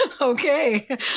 Okay